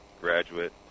graduate